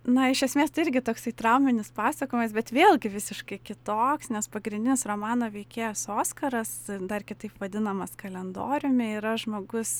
na iš esmės tai irgi toksai trauminis pasakojimas bet vėlgi visiškai kitoks nes pagrindinis romano veikėjas oskaras dar kitaip vadinamas kalendoriumi yra žmogus